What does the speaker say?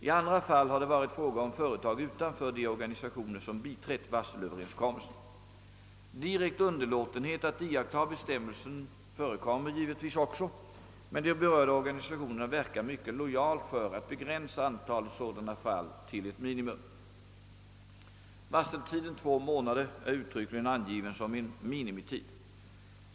I andra fall har det varit fråga om företag utanför de organisationer som biträtt varselöverenskommelserna. Direkt underlåtenhet att iaktta bestämmelserna förekommer givetvis också, men de berörda organisationerna verkar mycket lojalt för att begränsa antalet sådana fall till ett minimum. Varseltiden två månader är uttryckligen angiven som en minimitid.